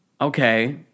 okay